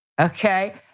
Okay